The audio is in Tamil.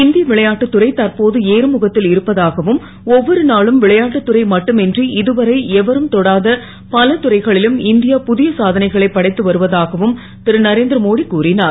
இந் ய விளையாட்டுத் துறை தற்போது ஏறுமுகத் ல் இருப்பதாகவும் ஓ வொரு நாளும் விளையாட்டுத் துறை மட்டுமின்றி இதுவரை எவரும் தொடாத பல துறைகளிலும் இந்தயா புதய சாதனைகளைப் படைத்து வருவதாகவும் ரு நரேந் ரமோடி கூறினார்